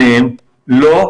האם